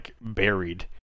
buried